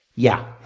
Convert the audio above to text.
yeah.